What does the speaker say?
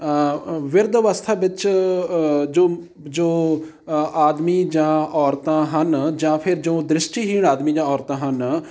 ਬਿਰਧ ਅਵਸਥਾ ਵਿੱਚ ਜੋ ਜੋ ਆਦਮੀ ਜਾਂ ਔਰਤਾਂ ਹਨ ਜਾਂ ਫਿਰ ਜੋ ਦ੍ਰਿਸ਼ਟੀਹੀਣ ਆਦਮੀ ਜਾਂ ਔਰਤਾਂ ਹਨ